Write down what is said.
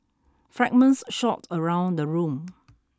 fragments shot around the room